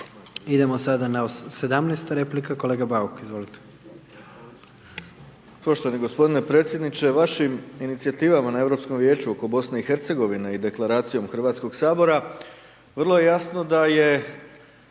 Idemo sada na 17.-ta replika, kolega Bauk, izvolite.